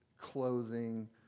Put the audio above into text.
clothing